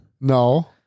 No